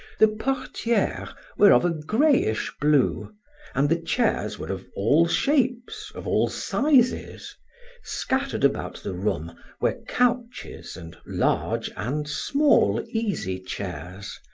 the portieres were of a grayish blue and the chairs were of all shapes, of all sizes scattered about the room were couches and large and small easy-chairs,